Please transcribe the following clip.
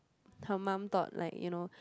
her mum thought like you know